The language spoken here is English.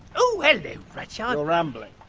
oh hello, rudyard. you're rambling.